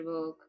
work